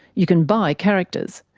you can buy characters,